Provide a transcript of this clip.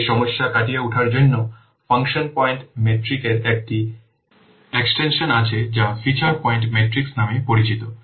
এই সমস্যা কাটিয়ে ওঠার জন্য ফাংশন পয়েন্ট মেট্রিকের একটি এক্সটেনশন আছে যা ফিচার পয়েন্ট মেট্রিক নামে পরিচিত